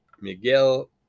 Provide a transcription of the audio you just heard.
Miguel